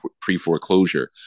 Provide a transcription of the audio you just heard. pre-foreclosure